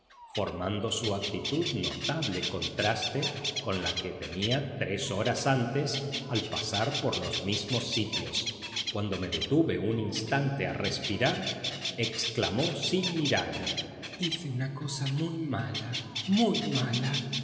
formando su actitud notable contraste con la que tenía tres horas antes al pasar por los mismos sitios cuando me detuve un instante a respirar exclamó sin mirarme hice una cosa muy mala muy mala